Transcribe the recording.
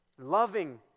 loving